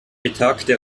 betagte